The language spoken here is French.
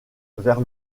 vers